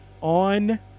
on